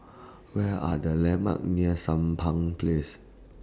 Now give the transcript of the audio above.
Where Are The landmarks near Sampan Place